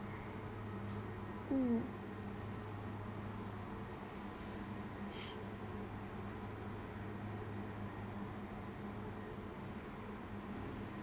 mm